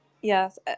yes